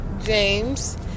James